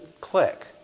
click